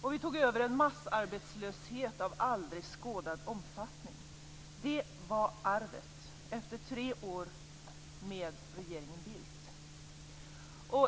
Och vi tog över en massarbetslöshet av aldrig tidigare skådad omfattning. Det var arvet efter tre år med regeringen Bildt.